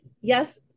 Yes